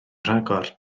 rhagor